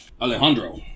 alejandro